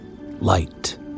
Light